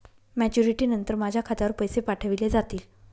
Maturity नंतर माझ्या खात्यावर पैसे पाठविले जातील?